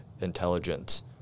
intelligence